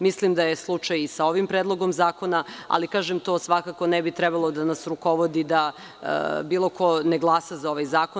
Mislim da je slučaj i sa ovim predlogom zakona, ali to svakako ne bi trebalo da nas rukovodi da bilo ko ne glasa za ovaj zakon.